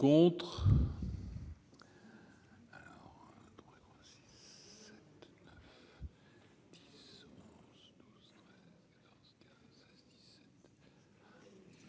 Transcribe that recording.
...